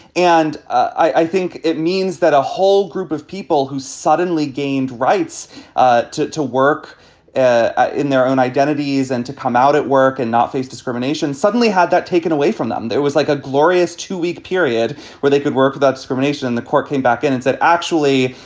and i think it means that a whole group of people who suddenly gained rights ah to to work ah in their own identities and to come out at work and not face discrimination suddenly had that taken away from them. there was like a glorious two week period where they could work without discrimination. and the court came back in and said, actually,